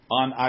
on